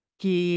que